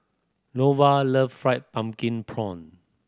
Norval love fried pumpkin prawn